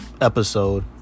episode